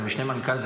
הרי משנה למנכ"ל,